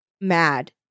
mad